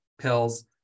pills